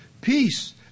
peace